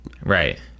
Right